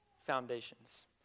foundations